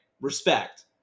respect